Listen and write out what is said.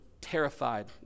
terrified